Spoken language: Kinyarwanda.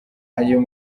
ayo